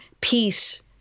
peace